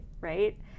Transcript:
Right